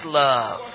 love